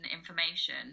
information